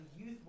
youth